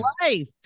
life